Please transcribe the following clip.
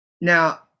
now